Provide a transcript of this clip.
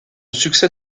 succès